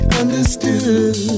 understood